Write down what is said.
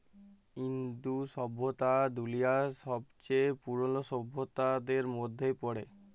ইন্দু সইভ্যতা দুলিয়ার ছবচাঁয়ে পুরল সইভ্যতাদের মইধ্যে পড়ে